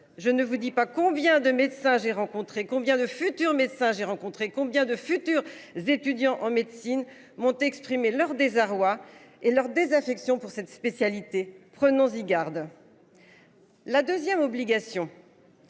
Je ne vous dis pas, combien de médecins. J'ai rencontré. Combien de futurs médecins j'ai rencontré. Combien de futurs étudiants en médecine m'ont exprimé leur désarroi et leur désaffection pour cette spécialité prenons-y garde. La 2ème obligation.